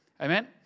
Amen